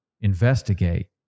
investigate